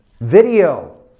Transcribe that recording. Video